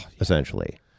essentially